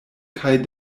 kaj